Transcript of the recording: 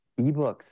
ebooks